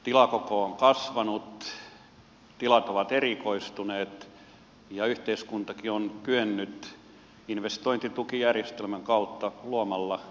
tilakoko on kasvanut tilat ovat erikoistuneet ja yhteiskuntakin on kyennyt investointitukijärjestelmän kautta luomaan edellytyksiä